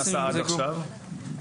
פלילי לכל דבר.